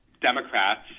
Democrats